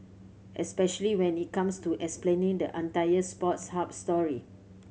especially when it comes to explaining the entire Sports Hub story